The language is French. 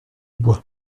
bois